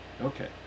Okay